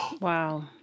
Wow